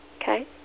Okay